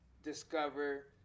discover